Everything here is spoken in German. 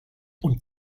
und